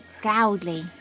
proudly